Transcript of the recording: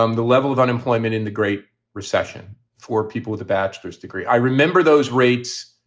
um the level of unemployment in the great recession for people with a bachelor's degree. i remember those rates.